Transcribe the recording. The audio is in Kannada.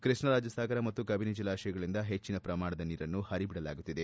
ಕೃಷ್ಣರಾಜ ಸಾಗರ ಮತ್ತು ಕಬಿನಿ ಜಲಾಶಯಗಳಿಂದ ಹೆಚ್ಚಿನ ಪ್ರಮಾಣದ ನೀರನ್ನು ಹರಿದು ಬಿಡಲಾಗುತ್ತಿದೆ